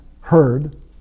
heard